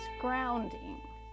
grounding